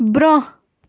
برٛونٛہہ